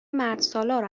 مردسالار